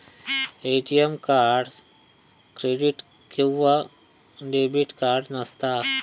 ATM card credit किंवा debit card नसता